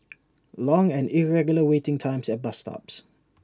long and irregular waiting times at bus stops